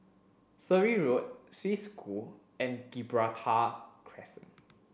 Surrey Road Swiss School and Gibraltar Crescent